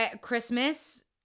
Christmas